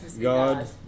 god